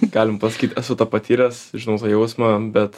galima pasakyt esu tą patyręs žinau tą jausmą bet